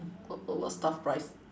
what what what staff price